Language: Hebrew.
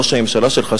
ראש הממשלה שלך,